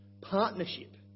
partnership